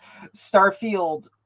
Starfield